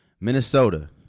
Minnesota